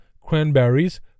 cranberries